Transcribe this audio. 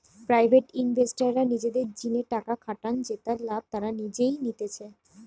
private ইনভেস্টররা নিজেদের জিনে টাকা খাটান জেতার লাভ তারা নিজেই নিতেছে